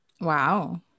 Wow